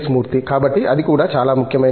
మూర్తి కాబట్టి అది కూడా చాలా ముఖ్యమైనది